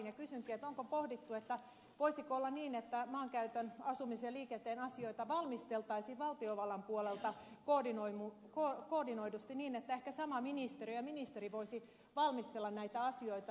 kysynkin onko pohdittu voisiko olla niin että maankäytön asumisen ja liikenteen asioita valmisteltaisiin valtiovallan puolelta koordinoidusti niin että ehkä sama ministeriö ja ministeri voisi valmistella näitä asioita